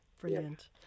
Brilliant